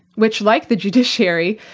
which, like the judiciary,